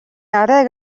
арай